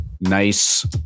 Nice